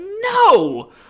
no